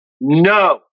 no